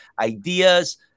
ideas